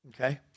okay